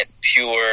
pure